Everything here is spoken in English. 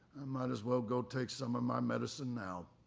might as well go take some of my medicine now.